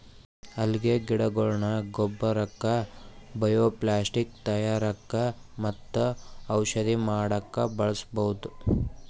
ಅಲ್ಗೆ ಗಿಡಗೊಳ್ನ ಗೊಬ್ಬರಕ್ಕ್ ಬಯೊಪ್ಲಾಸ್ಟಿಕ್ ತಯಾರಕ್ಕ್ ಮತ್ತ್ ಔಷಧಿ ಮಾಡಕ್ಕ್ ಬಳಸ್ಬಹುದ್